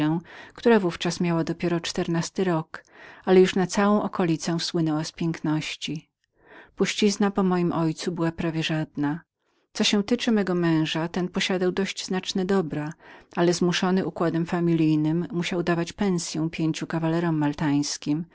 która w ówczas miała dopiero czternasty rok ale już na całą okolicę słynęła pięknością puścizna po moim ojcu była prawie żadną co się tyczy mego męża ten posiadał dość znaczne dobra ale przez urządzenia familijne musiał dawać roczne pensye pięciu kawalerom maltańskim